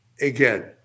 again